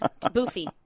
Boofy